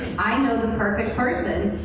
i know the perfect person.